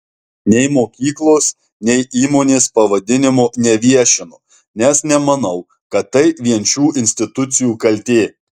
nei mokyklos nei įmonės pavadinimo neviešinu nes nemanau kad tai vien šių institucijų kaltė